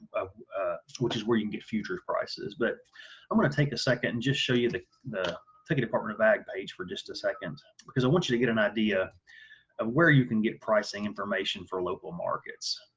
which is where you can get futures prices. but i'm gonna take a second and just show you the ticket department of ag page for just a second because i want you to get an idea of where you can get pricing information for local markets.